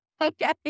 okay